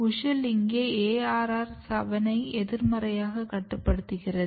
WUSCHEL இங்கே ARR7 ஐ எதிர்மறையாகக் கட்டுப்படுத்துகிறது